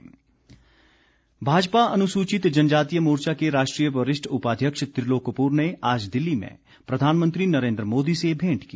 त्रिलोक कपूर भाजपा अनुसूचित जनजातिय मोर्चा के राष्ट्रीय वरिष्ठ उपाध्यक्ष त्रिलोक कपूर ने आज दिल्ली में प्रधानमंत्री नरेन्द्र मोदी से भेंट की